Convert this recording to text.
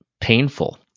painful